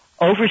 over